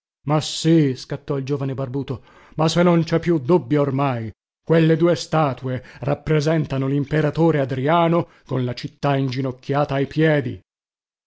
ma sì scattò il giovane barbuto ma se non cè più dubbio ormai quelle due statue rappresentano limperatore adriano con la città inginocchiata ai piedi